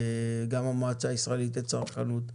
גם המועצה הישראלית לצרכנות.